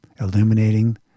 illuminating